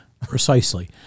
Precisely